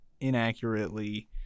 inaccurately